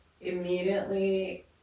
immediately